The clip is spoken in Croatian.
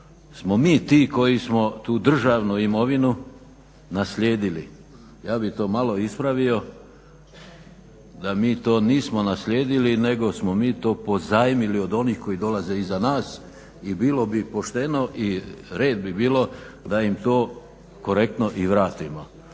smo mi ti koji smo tu državnu imovinu naslijedili. Ja bih to malo ispravio da mi to nismo naslijedili nego smo mi to pozajmili od onih koji dolaze iza nas. I bilo bi pošteno i red bi bilo da im to korektno i vratimo.